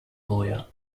lawyer